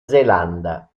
zelanda